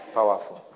Powerful